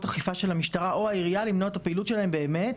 אכיפה של המשטרה או העירייה למנוע את הפעילות שלהן באמת,